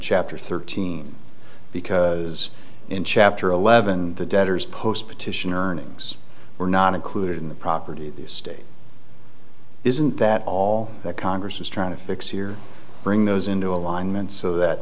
chapter thirteen because in chapter eleven the debtors post petitioner earnings were not included in the property of the state isn't that all that congress is trying to fix here bring those into alignment so that